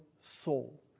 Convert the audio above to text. soul